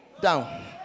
down